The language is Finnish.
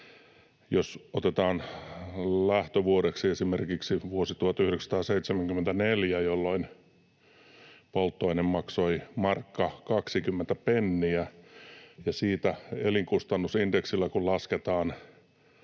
Jos otetaan lähtövuodeksi esimerkiksi vuosi 1974, jolloin polttoaine maksoi 1 markka 20 penniä, ja siitä elinkustannusindeksillä kun lasketaan